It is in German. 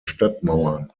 stadtmauern